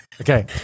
okay